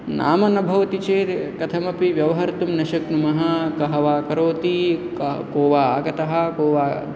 नाम न भवति चेत् कथमपि व्यवहर्तुं न शक्नुमः कः वा करोति वा को वा आगतः को वा